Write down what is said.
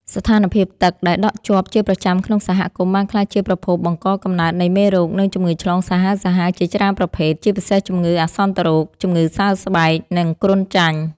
ស្ថានភាពទឹកដែលដក់ជាប់ជាប្រចាំក្នុងសហគមន៍បានក្លាយជាប្រភពបង្កកំណើតនៃមេរោគ និងជំងឺឆ្លងសាហាវៗជាច្រើនប្រភេទ ជាពិសេសជំងឺអាសន្នរោគ ជំងឺសើស្បែក និងគ្រុនចាញ់។